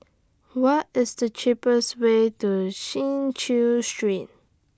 What IS The cheapest Way to Chin Chew Street